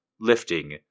lifting